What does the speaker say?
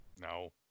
No